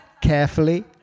carefully